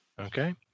Okay